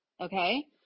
Okay